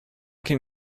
can